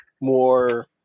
more